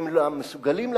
והם מסוגלים לעבוד.